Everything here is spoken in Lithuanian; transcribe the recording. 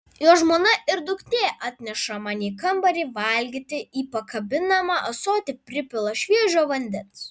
jo žmona ir duktė atneša man į kambarį valgyti į pakabinamą ąsotį pripila šviežio vandens